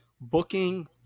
booking –